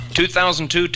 2002